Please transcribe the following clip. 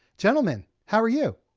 gentlemen, how are you?